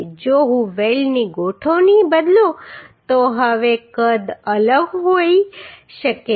જો હું વેલ્ડની ગોઠવણી બદલું તો હવે કદ અલગ હોઈ શકે છે